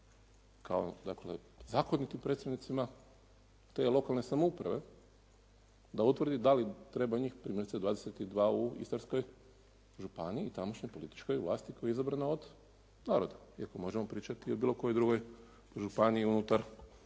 kao zakonitim predstavnicima te lokalne samouprave da utvrdi da li treba njih primjerice 22 u Istarskoj županiji i tamošnjoj političkoj vlasti koja je izabrana od naroda iako možemo pričati o bilo kojoj drugoj županiji unutar Republike